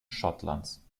schottlands